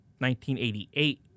1988